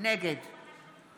נגד